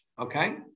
Okay